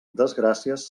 desgràcies